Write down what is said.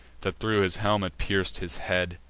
that thro' his helm it pierc'd his head.